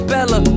Bella